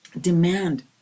demand